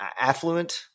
affluent